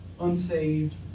unsaved